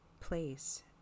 place